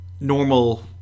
normal